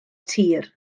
tir